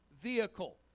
vehicle